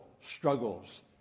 struggles